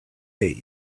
date